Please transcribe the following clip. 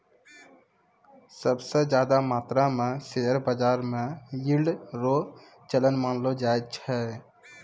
सब स ज्यादा मात्रो म शेयर बाजारो म यील्ड रो चलन मानलो जाय छै